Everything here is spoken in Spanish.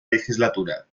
legislatura